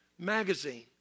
magazine